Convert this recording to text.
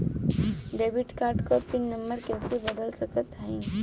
Debit card क PIN number कइसे बदल सकत हई?